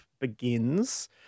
begins